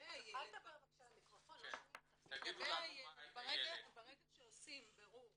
לגבי הילד ברגע שעושים בירור